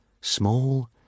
Small